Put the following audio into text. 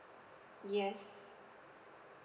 yes